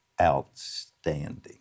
outstanding